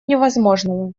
невозможного